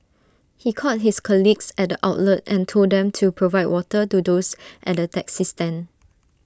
he called his colleagues at the outlet and told them to provide water to those at the taxi stand